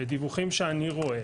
ומהדיווחים שאני רואה,